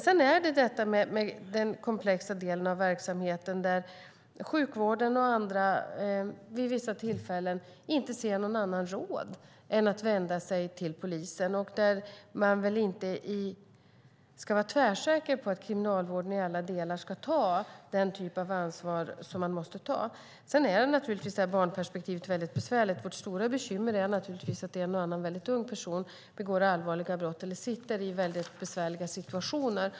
Sedan finns den komplexa del av verksamheten där sjukvården och andra vid vissa tillfällen inte ser något annat råd än att vända sig till polisen och där man inte ska vara tvärsäker på att kriminalvården i alla delar ska ta den typ av ansvar som måste tas. Sedan är det naturligtvis väldigt besvärligt med barnperspektivet. Vårt stora bekymmer är att en och annan ung person begår allvarliga brott och hamnar i besvärliga situationer.